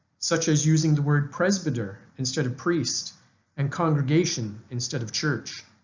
such as using the word presbyter instead of priest and congregation instead of church.